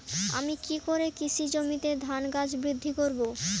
আমি কী করে কৃষি জমিতে ধান গাছ বৃদ্ধি করব?